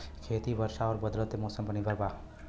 खेती वर्षा और बदलत मौसम पर निर्भर बा